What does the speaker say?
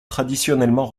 traditionnellement